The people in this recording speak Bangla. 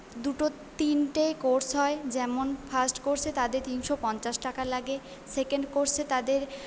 দুটো তিনটে কোর্স হয় যেমন ফার্স্ট কোর্সে তাদের তিনশো পঞ্চাশ টাকা লাগে সেকেন্ড কোর্সে তাদের